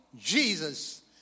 Jesus